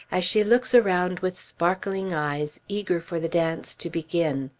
as she looks around with sparkling eyes, eager for the dance to begin.